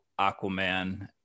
aquaman